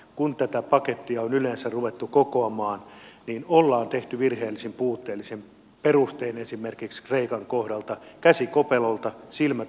kun tätä pakettia on yleensä ruvettu kokoamaan niin ollaan tehty virheellisin puutteellisin perustein esimerkiksi kreikan kohdalta käsikopelolta silmät ummessa